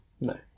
No